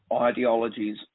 ideologies